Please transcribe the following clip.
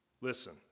Listen